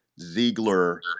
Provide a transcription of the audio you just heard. Ziegler